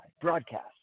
broadcast